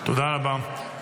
תודה רבה.